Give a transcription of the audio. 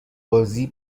بازی